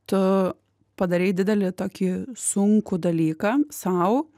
tu padarei didelį tokį sunkų dalyką sau